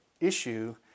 issue